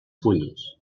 fulles